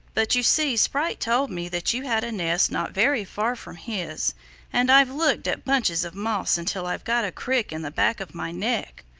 but you see sprite told me that you had a nest not very far from his and i've looked at bunches of moss until i've got a crick in the back of my neck.